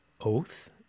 oath